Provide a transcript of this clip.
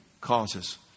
causes